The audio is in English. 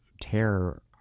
terror